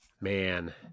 man